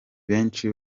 benshi